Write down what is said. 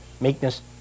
meekness